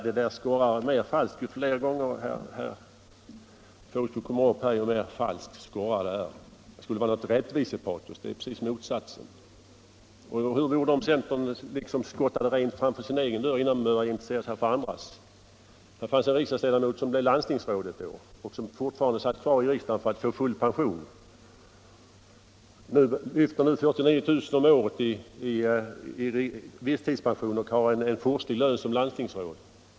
Nej, ju fler gånger herr Fågelsbo yttrar sig i denna debatt, desto mera falskt skorrar hans argumentering. Det är inte fråga om något rättvisekrav utan snarare om raka motsatsen. Hur vore det om centern skottade rent framför sin egen dörr innan man började intressera sig för andras? Jag kan t.ex. erinra om en riksdagsman som blev landstingsråd men som fortfarande satt kvar i riksdagen för att få full pension. Han lyfter nu 49 000 kr. i visstidspension och har en furstlig lön som landstingsråd.